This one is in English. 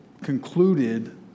concluded